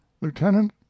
lieutenant